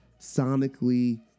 sonically